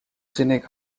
scenic